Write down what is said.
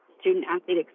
student-athlete